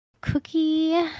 Cookie